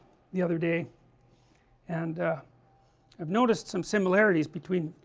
the other day and ah, i have noticed some similarities between,